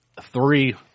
three